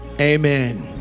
amen